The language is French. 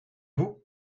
vous